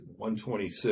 126